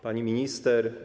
Pani Minister!